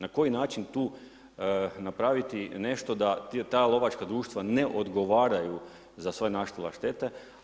Na koji način tu napraviti nešto da ta lovačka društva ne odgovaraju za sve nastale štete.